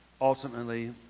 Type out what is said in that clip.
Ultimately